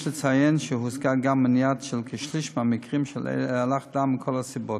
יש לציין שהושגה גם מניעה של כשליש מהמקרים של אלח דם מכל הסיבות.